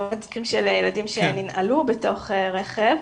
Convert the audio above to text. רוב המקרים של הילדים שננעלו בתוך רכב.